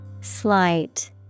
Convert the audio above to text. Slight